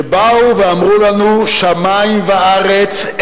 שבאו ואמרו לנו: שמים וארץ,